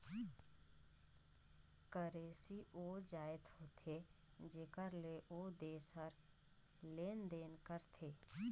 currency ओ जाएत होथे जेकर ले ओ देस हर लेन देन करथे